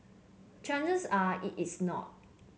chances are it is not